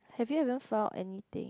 have you even found anything